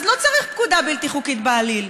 אז לא צריך פקודה בלתי חוקית בעליל,